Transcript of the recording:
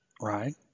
Right